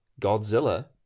godzilla